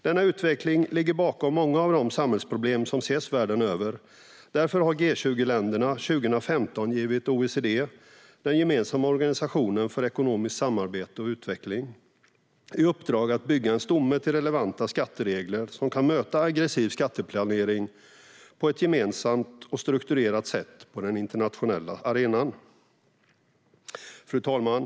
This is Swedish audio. Denna utveckling ligger bakom många av de samhällsproblem som ses världen över. Därför har G20-länderna år 2015 gett OECD, den gemensamma organisationen för ekonomiskt samarbete och utveckling, i uppdrag att bygga en stomme till relevanta skatteregler som kan möta aggressiv skatteplanering på ett gemensamt och strukturerat sätt på den internationella arenan. Fru talman!